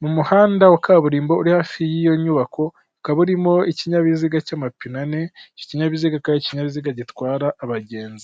mu muhanda wa kaburimbo uri hafi y'iyo nyubako ukaba urimo ikinyabiziga cy'amapine ane, iki kinyabiziga kar'ikinyabiziga gitwara abagenzi.